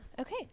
Okay